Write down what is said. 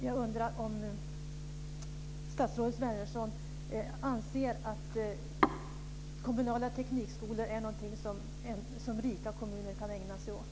Jag undrar om statsrådet Wärnersson anser att uppbyggnad av teknikskolor är något som rika kommuner kan ägna sig åt.